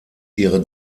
ihre